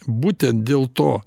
būtent dėl to